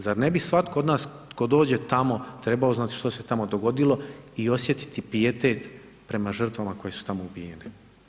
Zar ne bi svatko od nas tko dođe tamo trebao znati što se tamo dogodilo i osjetiti pijetet prema žrtvama koje su tamo ubijene?